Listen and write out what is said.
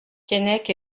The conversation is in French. keinec